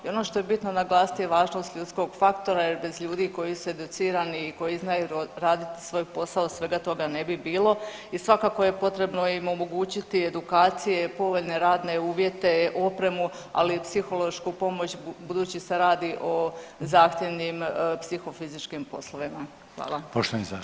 I ono što je bitno naglasiti je važnost ljudskog faktora jer bez ljudi koji su educirani i koji znaju raditi svoj posao svega toga ne bi bilo i svakako je potrebno im omogućiti i edukacije, povoljne radne uvjete, opremu, ali i psihološku pomoć budući se radi o zahtjevnim psihofizičkim poslovima.